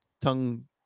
tongue